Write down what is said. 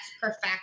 perfect